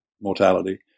mortality